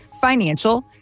financial